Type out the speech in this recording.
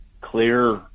clear